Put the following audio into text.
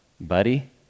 Buddy